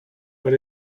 but